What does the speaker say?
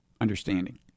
understanding